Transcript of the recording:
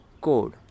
code